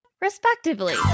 respectively